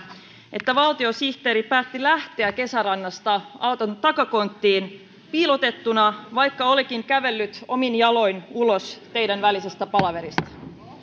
että valtiosihteeri päätti lähteä kesärannasta auton takakonttiin piilotettuna vaikka olikin kävellyt omin jaloin ulos teidän välisestä palaveristanne